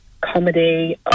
comedy